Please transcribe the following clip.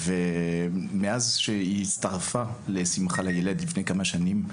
ומאז שהיא הצטרפה לשמחה לילד לפני כמה שנים,